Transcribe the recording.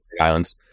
islands